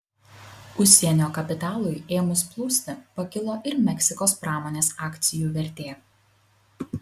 užsienio kapitalui ėmus plūsti pakilo ir meksikos pramonės akcijų vertė